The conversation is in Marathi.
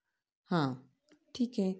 हां ठीक आहे